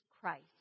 Christ